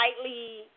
slightly